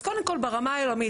אז קודם כל, ברמה היומית.